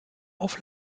auf